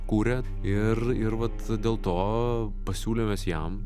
kūrė ir ir vat dėl to pasiūlėm mes jam